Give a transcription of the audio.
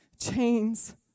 chains